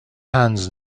hands